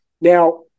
Now